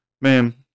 Man